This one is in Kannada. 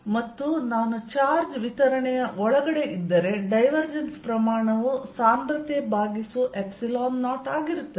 ಮತ್ತು ನಾನು ಚಾರ್ಜ್ ವಿತರಣೆಯೊಳಗೆ ಇದ್ದರೆ ಡೈವರ್ಜೆನ್ಸ್ ಪ್ರಮಾಣವು ಸಾಂದ್ರತೆ ಭಾಗಿಸು 0 ಆಗಿರುತ್ತದೆ